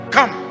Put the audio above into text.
Come